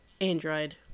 Android